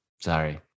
sorry